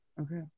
Okay